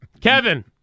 Kevin